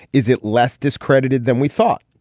is it less discredited than we thought?